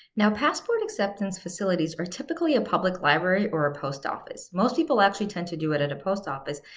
now, passport acceptance facilities are typically a public library, or a post office. most people actually tend to do it at a post office,